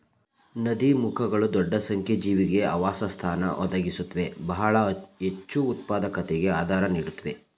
ನದೀಮುಖಗಳು ದೊಡ್ಡ ಸಂಖ್ಯೆ ಜೀವಿಗೆ ಆವಾಸಸ್ಥಾನ ಒದಗಿಸುತ್ವೆ ಬಹಳ ಹೆಚ್ಚುಉತ್ಪಾದಕತೆಗೆ ಆಧಾರ ನೀಡುತ್ವೆ